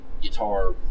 guitar